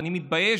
אני מתבייש